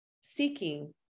seeking